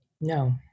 No